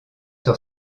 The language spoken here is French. sur